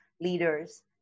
leaders